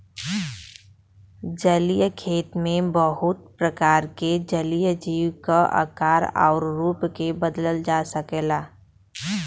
जलीय खेती में बहुत प्रकार के जलीय जीव क आकार आउर रूप के बदलल जा सकला